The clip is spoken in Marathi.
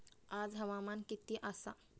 आज हवामान किती आसा?